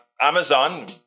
Amazon